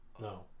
No